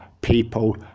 people